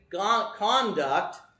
conduct